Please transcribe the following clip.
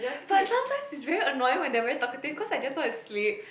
but sometimes it's very annoying when they're very talkative cause I just want to sleep